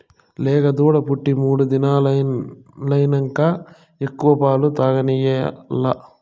లేగదూడ పుట్టి మూడు దినాలైనంక ఎక్కువ పాలు తాగనియాల్ల